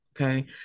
okay